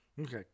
Okay